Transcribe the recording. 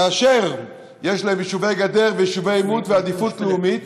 כאשר יש לה יישובי גדר ויישובי עימות ועדיפות לאומית.